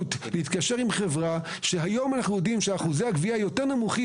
להתקשר עם חברה שאנחנו יודעים היום שאחוזי הגבייה בה הם יותר נמוכים